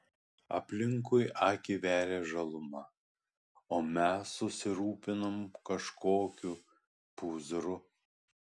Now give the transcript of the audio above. aplinkui akį veria žaluma o mes susirūpinom kažkokiu pūzru